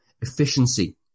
efficiency